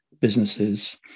businesses